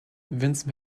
vince